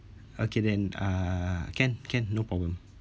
okay then uh can can no problem